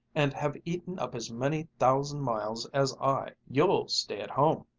and have eaten up as many thousand miles as i, you'll stay at home.